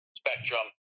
spectrum